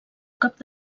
cap